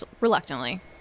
Reluctantly